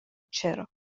چرا